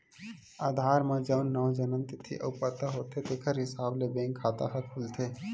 आधार म जउन नांव, जनम तिथि अउ पता होथे तेखर हिसाब ले बेंक खाता ह खुलथे